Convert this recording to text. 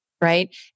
right